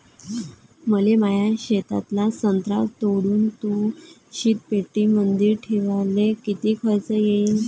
मले माया शेतातला संत्रा तोडून तो शीतपेटीमंदी ठेवायले किती खर्च येईन?